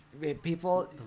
People